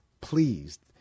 pleased